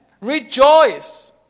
Rejoice